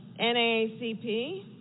NAACP